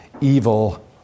evil